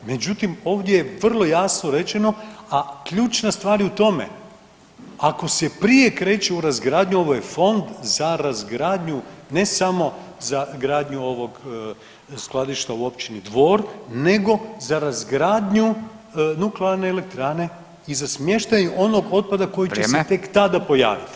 Međutim, ovdje je vrlo jasno rečeno, a ključna stvar je u tome ako se prije kreće u razgradnju ovo je fond za razgradnju ne samo za gradnju ovog skladišta u općini Dvor, nego za razgradnju nuklearne elektrane i za smještaj onog otpada koji će se tek tada pojaviti.